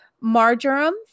Marjoram